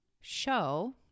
show